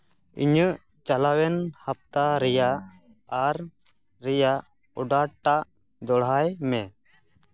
ᱤᱧᱟᱹᱜ ᱪᱟᱞᱟᱣᱮᱱ ᱦᱟᱯᱛᱟ ᱨᱮᱭᱟᱜ ᱯᱷᱟᱨᱢ ᱨᱮᱭᱟᱜ ᱚᱰᱟᱨ ᱴᱟᱜ ᱫᱚᱦᱲᱟᱭ ᱢᱮ